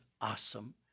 awesome